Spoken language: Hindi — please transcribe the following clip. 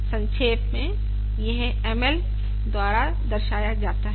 संक्षेप में यह m l द्वारा दर्शाया जाता है